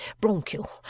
bronchial